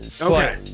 okay